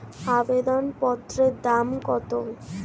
আবেদন পত্রের দাম কত?